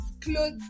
clothes